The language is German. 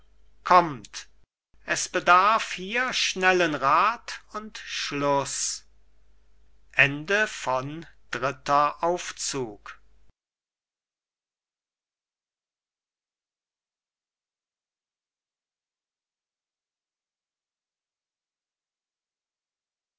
kommt es bedarf hier schnellen rath und schluß